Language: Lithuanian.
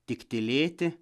tik tylėti